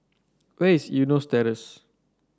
where is Eunos Terrace